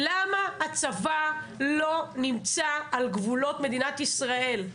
למה הצבא לא נמצא על גבולות מדינת ישראל?